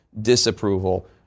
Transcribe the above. disapproval